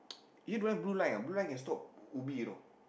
here don't have blue line ah blue line can stop Ubi you know